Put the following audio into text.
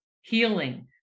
healing